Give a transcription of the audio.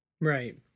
Right